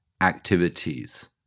activities